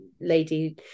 lady